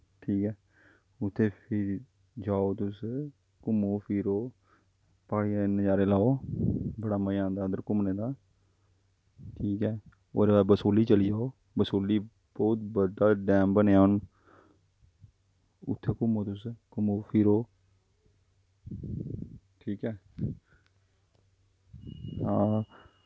ठीक ऐ उत्थें फिर जाओ तुस घूमो फिरो प्हाड़ियै दे नज़ारे लैओ बड़ा मज़ा आंदा उद्धर घूमने दा ठीक ऐ ओह्दे बाद बसोहली चली जाओ बसोह्ली बौह्त बड्डा डैम बनेआ हून उत्थें घूमो तुस घूमो फिरो ठीक ऐ हां